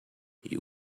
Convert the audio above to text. you